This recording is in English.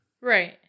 Right